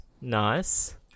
Nice